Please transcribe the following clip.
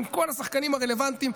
עם כל השחקנים הרלוונטיים,